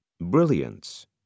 brilliance